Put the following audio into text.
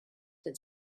that